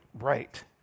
right